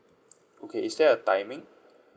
okay is there a timing